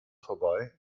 vorbei